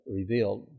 revealed